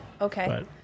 okay